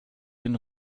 den